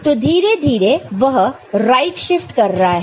तो धीरे धीरे वह राइट शिफ्ट कर रहा है